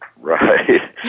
Right